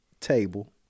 table